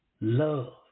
love